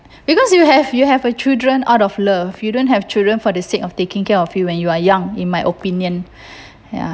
because you have you have a children out of love you don't have children for the sake of taking care of you when you are young in my opinion ya